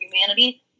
Humanity